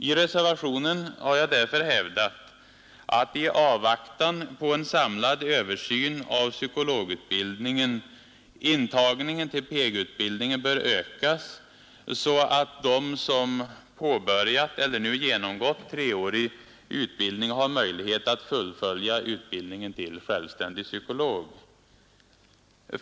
I reservationen har jag därför hävdat att i avvaktan på en samlad översyn av psykologutbildningen intagningen till PEG-utbildningen ökas, så att de som påbörjat eller nu genomgått treårig utbildning har möjlighet att fullfölja utbildningen till självständig psykolog.